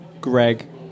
Greg